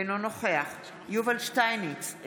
אינו נוכח יובל שטייניץ,